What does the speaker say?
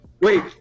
Wait